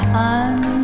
time